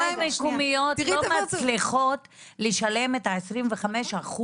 רשויות מקומיות לא מצליחות לשלם את ה-25%